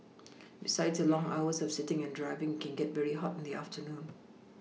besides the long hours of sitting and driving can get very hot in the afternoon